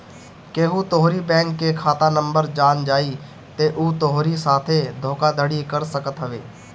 केहू तोहरी बैंक के खाता नंबर जान जाई तअ उ तोहरी साथे धोखाधड़ी कर सकत हवे